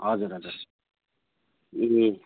हजुर हजुर ए